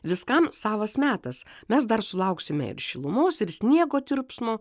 viskam savas metas mes dar sulauksime ir šilumos ir sniego tirpsmo